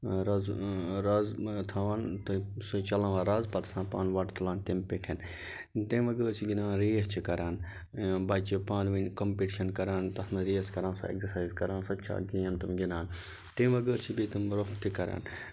رز رز تھاوان تہٕ سُے چلاوان رز پَتہٕ آسان پانہٕ وۄٹہٕ تُلان تَمہِ پیٹھۍ تَمہِ وَغٲر چھِ گِندان ریس چھِ کران بَچہٕ پانہٕ ونۍ کَمپِٹِشن کران تتھ سۄ ریس کران سۄ اٮ۪گزرسایز کران سۄ تہِ چھےٚ اکھ گیم تِم گِندان تَمہِ وغٲر چھِ بیٚیہِ تم روف تہِ کران